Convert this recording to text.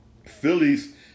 Phillies